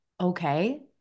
okay